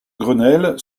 grenelle